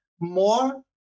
more